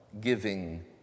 giving